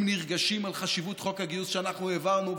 נרגשים על חשיבות חוק הגיוס שאנחנו העברנו,